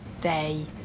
Day